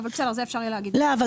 בסדר, אבל זה יהיה אפשר להגיד אחר כך.